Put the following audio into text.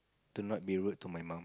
to not be rude to my mum